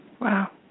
Wow